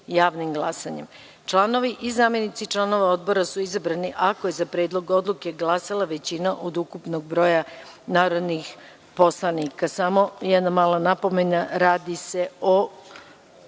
javnim glasanjem. Članovi i zamenici članova odbora su izabrani ako je za predlog odluke glasala većina od ukupnog broja narodnih poslanika. Molim vas samo jedna mala napomena, radi se o